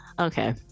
Okay